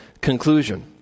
conclusion